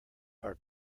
are